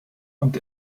und